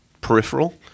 peripheral